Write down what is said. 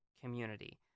community